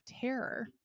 terror